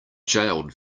jailed